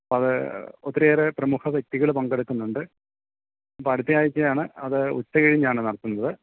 അത് ഒത്തിരി ഏറെ പ്രമുഖ വ്യക്തികൾ പങ്കെടുക്കുന്നുണ്ട് അപ്പം അടുത്ത ആഴ്ചയാണ് അത് ഉച്ചകഴിഞ്ഞാണ് നടത്തുന്നത്